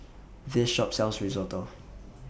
This Shop sells Risotto